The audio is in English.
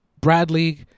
Bradley